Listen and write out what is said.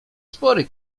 spory